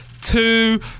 two